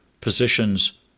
positions